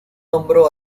nombró